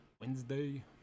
Wednesday